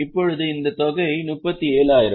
இப்போது இந்த தொகை 37000